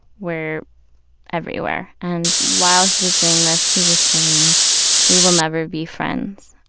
were everywhere. and while he was doing this he was saying we will never be friends,